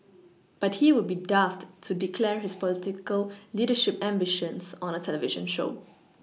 but he would be daft to declare his political leadership ambitions on a television show